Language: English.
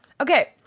okay